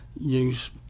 use